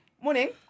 Morning